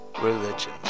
religion